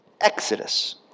Exodus